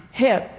hip